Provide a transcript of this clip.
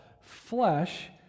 Flesh